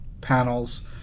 panels